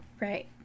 Right